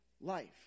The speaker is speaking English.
Life